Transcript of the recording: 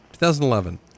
2011